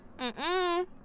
Mm-mm